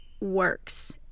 works